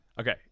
Okay